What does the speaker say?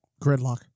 gridlock